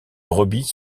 brebis